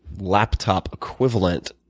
laptop equivalent,